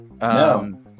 No